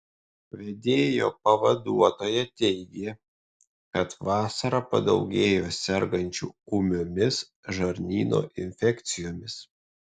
vedėjo pavaduotoja teigė kad vasarą padaugėja sergančių ūmiomis žarnyno infekcijomis